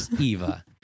Eva